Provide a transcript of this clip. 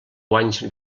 guanys